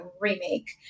remake